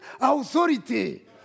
authority